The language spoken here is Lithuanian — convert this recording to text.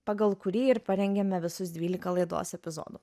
pagal kurį ir parengėme visus dvylika laidos epizodų